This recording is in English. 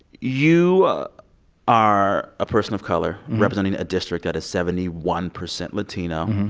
you are a person of color representing a district that is seventy one percent latino.